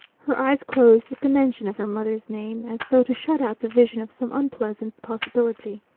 her eyes closed at the mention of her mother's name, as though to shut out the vision of some unpleasant possibility.